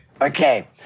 Okay